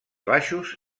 baixos